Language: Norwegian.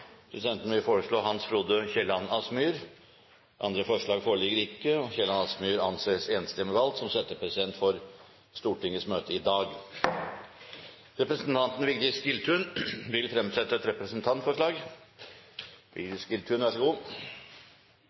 Presidenten vil foreslå Hans Frode Kielland Asmyhr. – Andre forslag foreligger ikke, og Hans Frode Kielland Asmyhr anses enstemmig valgt som settepresident for dagens møte i Stortinget. Vigdis Giltun vil fremsette et representantforslag.